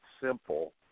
simple